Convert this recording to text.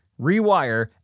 rewire